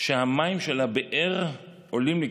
המים של הבאר עולים לקראתה.